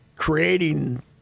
creating